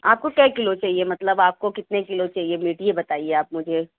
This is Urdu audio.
آپ کو کیا کلو چاہیے مطلب آپ کو کتنے کلو چاہیے میٹ یہ بتائیے آپ مجھے